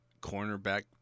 cornerback